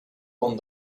con